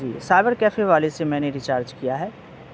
جی cyber cafe والے سے میں نے ریچارج کیا ہے